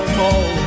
more